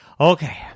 Okay